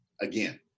again